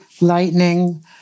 lightning